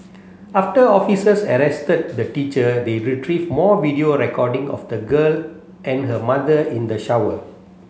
after officers arrested the teacher they retrieved more video recording of the girl and her mother in the shower